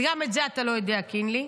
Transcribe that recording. גם את זה אתה לא יודע, קינלי,